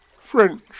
French